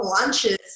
lunches